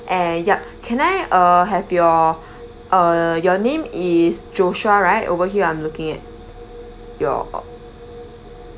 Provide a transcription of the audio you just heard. and ya can I uh have your uh your name is joshua right over here I'm looking at your